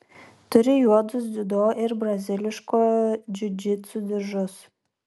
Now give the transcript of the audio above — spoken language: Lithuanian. turi juodus dziudo ir braziliškojo džiudžitsu diržus